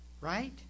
Right